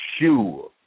sure